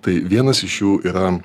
tai vienas iš jų yra